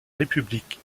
république